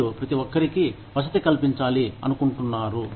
మీరు ప్రతి ఒక్కరికి వసతి కల్పించాలి అనుకుంటున్నారు